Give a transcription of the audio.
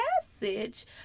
message